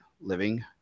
Living